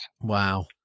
Wow